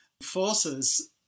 forces